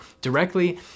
directly